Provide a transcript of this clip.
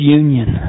union